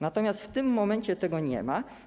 Natomiast w tym momencie tego nie ma.